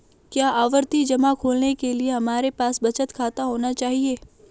क्या आवर्ती जमा खोलने के लिए हमारे पास बचत खाता होना चाहिए?